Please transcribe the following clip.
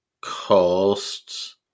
costs